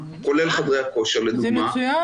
כולל חדרי הכושר לדוגמה --- מצוין.